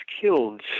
killed